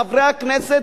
חברי הכנסת,